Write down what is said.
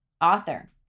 author